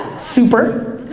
super.